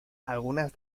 algunas